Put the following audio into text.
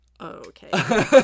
Okay